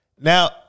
Now